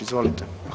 Izvolite.